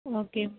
okay